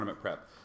prep